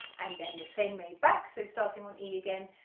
and then the same way back so starting on e again,